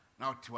now